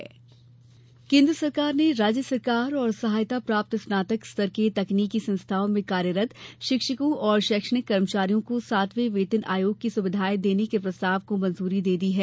वेतन आयोग केन्द्र सरकार ने राज्य सरकार और सहायता प्राप्त स्नातक स्तर के तकनीकी संस्थाओं में कार्यरत शिक्षकों और शैक्षणिक कर्मचारियों को सातवां वेतन आयोग की सुविधाएं देने के प्रस्ताव को मंजूरी दे दी है